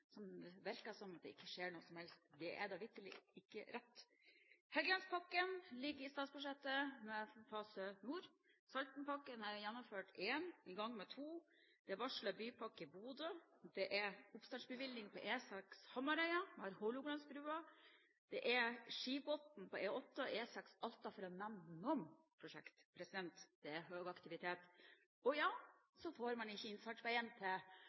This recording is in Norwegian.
Nord-Norge. Det virker som om det der ikke skjer noe som helst. Det er da vitterlig ikke rett. Helgelandspakken ligger i statsbudsjettet med fase Nord. Saltenpakke 1 er gjennomført, og en er i gang med Saltenpakke 2. Det er varslet bypakke i Bodø. Det er oppstartsbevilgning til E6 Hamarøy, vi har Hålogalandsbrua, Skibotn på E8 og E6 i Alta, for å nevne noen prosjekt. Det er høy aktivitet. Men så får en ikke innfartsveien til